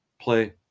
play